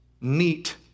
neat